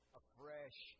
afresh